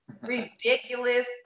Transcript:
ridiculous